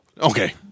Okay